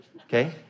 Okay